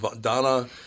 Donna